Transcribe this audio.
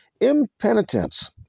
Impenitence